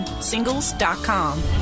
singles.com